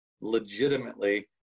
legitimately